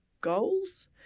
goals